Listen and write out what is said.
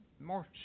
more